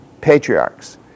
patriarchs